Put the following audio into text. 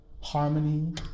harmony